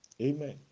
amen